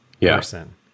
person